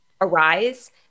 arise